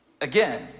again